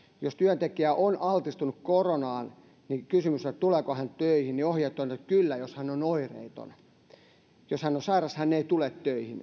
jos työntekijä on altistunut koronaan ja kysymys on siitä tuleeko hän töihin niin ohjeena on että kyllä jos hän on oireeton ja jos hän on sairas hän ei tule töihin